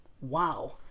Wow